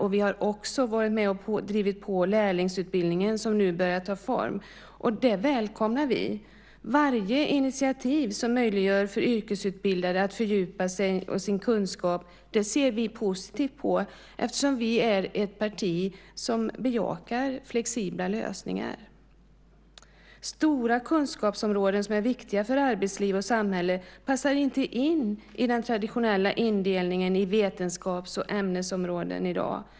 Vi har också varit med och drivit på lärlingsutbildningen, som nu börjar ta form. Det välkomnar vi. Varje initiativ som möjliggör för yrkesutbildade att fördjupa sin kunskap ser vi positivt på eftersom vi är ett parti som bejakar flexibla lösningar. Stora kunskapsområden som är viktiga för arbetsliv och samhälle passar inte in i den traditionella indelningen i vetenskaps och ämnesområden i dag.